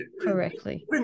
Correctly